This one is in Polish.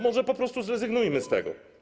Może po prostu zrezygnujmy z tego?